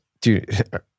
dude